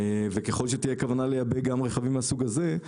וככל שתהיה כוונה לייבא גם רכבים מהסוג הזה,